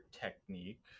technique